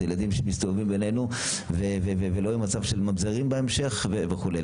זה ילדים שמסתובבים ביננו ושלא יהיה מצב של ממזרים בהמשך וכולי.